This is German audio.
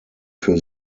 für